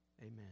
amen